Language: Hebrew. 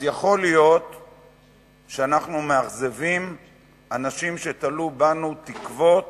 יכול להיות שאנחנו מאכזבים אנשים שתלו בנו תקוות